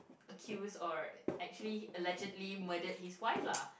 accused or actually allegedly murdered his wife lah